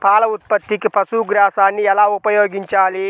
పాల ఉత్పత్తికి పశుగ్రాసాన్ని ఎలా ఉపయోగించాలి?